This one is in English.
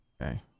Okay